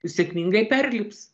sėkmingai perlips